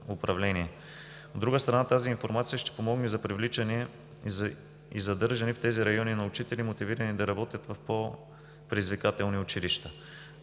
управление. От друга страна, тази информация ще помогне за привличане и задържане в тези райони на учители, мотивирани да работят в по-предизвикателни училища.